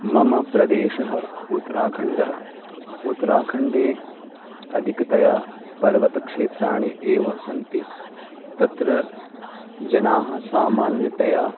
मम प्रदेशः उत्तराखण्डः उत्तराखण्डे अधिकतया पर्वतक्षेत्राणि एव सन्ति तत्र जनाः सामान्यतया